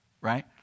Right